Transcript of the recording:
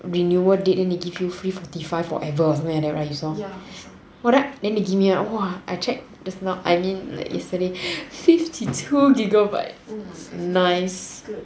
renewal date then they give you free forty five or whatever or something like that right you saw ya but then !wah! I check just now I mean like yesterday fifty two gigabytes nice good